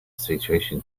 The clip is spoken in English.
situation